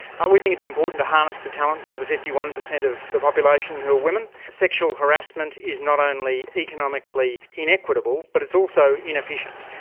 ah we think it's important to harness the talents of the fifty one percent of the population who are women. sexual harassment is not only economically inequitable, but it's also inefficient,